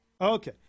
Okay